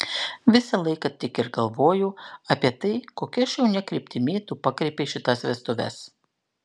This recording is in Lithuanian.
visą laiką tik ir galvoju apie tai kokia šaunia kryptimi tu pakreipei šitas vestuves